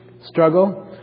struggle